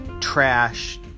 trash